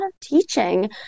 teaching